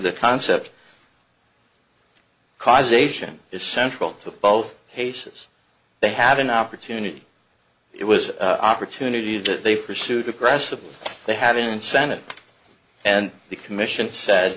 the concept causation is central to both cases they had an opportunity it was opportunity that they pursued aggressively they had an incentive and the commission sa